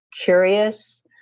curious